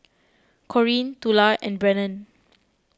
Corinne Tula and Brennen